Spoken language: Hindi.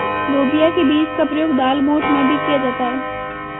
लोबिया के बीज का प्रयोग दालमोठ में भी किया जाता है